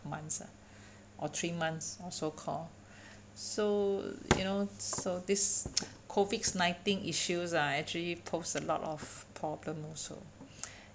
months ah or three months or so call so you know so this COVID nineteen issues ah actually posed a lot of problem also